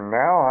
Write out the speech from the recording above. now